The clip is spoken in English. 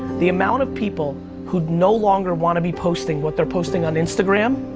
the amount of people who'd no longer want to be posting what they're posting on instagram,